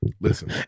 Listen